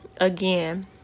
again